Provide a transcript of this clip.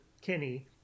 Kenny